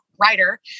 writer